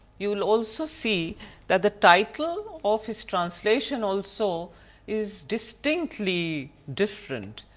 you will also see that the title of his translation also is distinctly different.